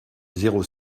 zéro